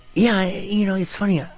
yeah. you know, he's funny. yeah